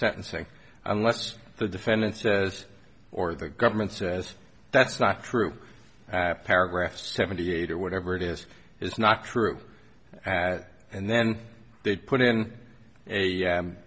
sentencing unless the defendant says or the government says that's not true paragraph seventy eight or whatever it is is not true and then they put in a